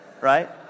right